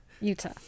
Utah